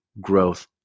growth